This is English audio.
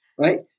right